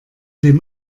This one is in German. dem